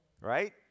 Right